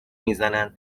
میزنند